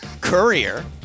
Courier